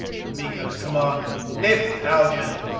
and miko's command lift, haljan!